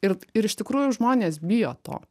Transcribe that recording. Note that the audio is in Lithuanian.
ir iš tikrųjų žmonės bijo to